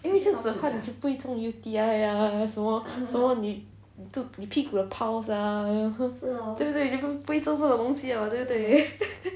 因为这样子的话你就不会中 U_T_I ah 什么什么你屁股的 piles ah 对不对不会中这种东西 liao 对不对